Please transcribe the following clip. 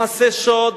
מעשי שוד,